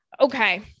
Okay